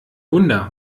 wunder